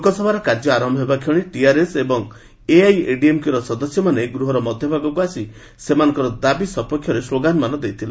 ଲୋକସଭାର କାର୍ଯ୍ୟ ଆରମ୍ଭ ହେବା କ୍ଷଣି ଟିଆରଏସ ଏବଂ ଏଆଇଏଡିଏମ୍କେର ସଦସ୍ୟ ମାନେ ଗୃହର ମଧ୍ୟ ଭାଗକୁ ଆସି ସେମାନଙ୍କର ଦାବି ସପକ୍ଷରେ ସ୍କୋଗାନମାନ ଦେଇଥିଲେ